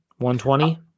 120